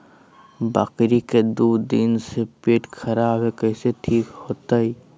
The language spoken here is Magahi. बकरी के दू दिन से पेट खराब है, कैसे ठीक होतैय?